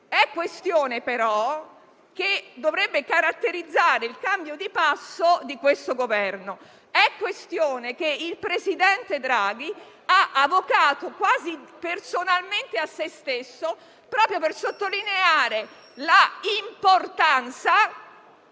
È questione, però, che dovrebbe caratterizzare il cambio di passo di questo Governo. È questione che il presidente Draghi ha avocato quasi personalmente a se stesso, proprio per sottolineare l'importanza